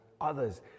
others